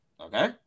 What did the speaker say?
Okay